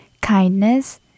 kindness